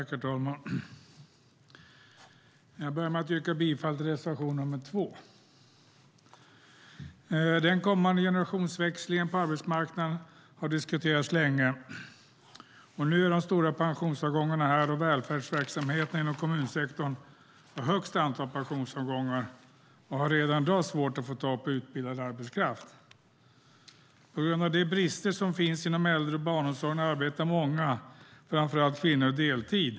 Herr talman! Jag börjar med att yrka bifall till reservation nr 2. Den kommande generationsväxlingen på arbetsmarknaden har diskuterats länge. Nu är de stora pensionsavgångarna här. Välfärdsverksamheterna inom kommunsektorn har högst antal pensionsavgångar och har redan i dag svårt att få tag på utbildad arbetskraft. På grund av de brister som finns inom äldre och barnomsorgen arbetar många, framför allt kvinnor, deltid.